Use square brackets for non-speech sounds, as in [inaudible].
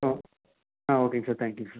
[unintelligible] ஆ ஓகேங்க sir thank you sir